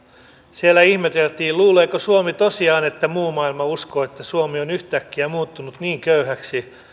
siellä ihmeteltiin luuleeko suomi tosiaan että muu maailma uskoo että suomi on yhtäkkiä muuttunut niin köyhäksi